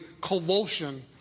convulsion